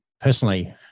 personally